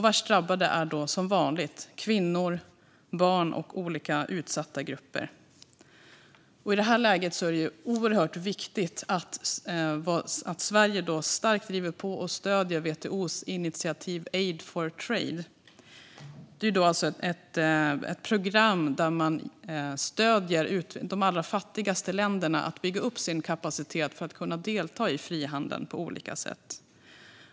Värst drabbade är som vanligt kvinnor, barn och olika utsatta grupper. I det här läget är det oerhört viktigt att Sverige starkt driver på och stöder WTO:s initiativ Aid for Trade. Detta är ett program där man stöder de allra fattigaste länderna i att bygga upp sin kapacitet för att kunna delta i frihandeln på olika sätt.